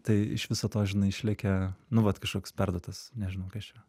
tai iš viso to žinai išlekia nu vat kažkoks perduotas nežinau kas čia